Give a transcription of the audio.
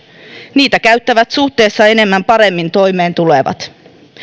niitä käyttävät suhteessa enemmän paremmin toimeentulevat